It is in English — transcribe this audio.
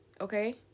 okay